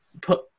put